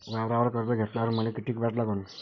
वावरावर कर्ज घेतल्यावर मले कितीक व्याज लागन?